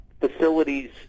facilities